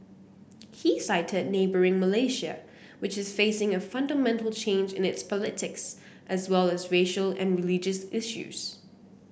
he cited neighbouring Malaysia which is facing a fundamental change in its politics as well as racial and religious issues